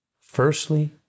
firstly